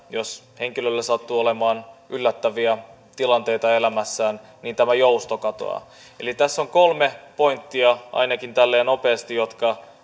jos henkilöllä sattuu olemaan yllättäviä tilanteita elämässään niin tämä jousto katoaa tässä on kolme pointtia ainakin tälleen nopeasti jotka